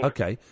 Okay